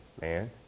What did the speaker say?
man